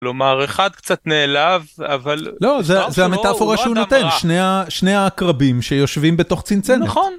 לומר אחד קצת נעלב אבל- לא זה המטאפורה שהוא נותן שני הקרבים שיושבים בתוך צנצנת